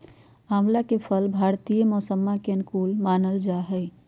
आंवला के फल भारतीय मौसम्मा के अनुकूल मानल जाहई